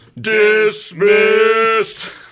dismissed